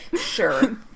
Sure